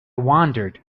wandered